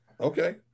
Okay